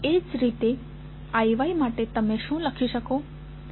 એ જ રીતે Iy માટે તમે શું લખી શકો છો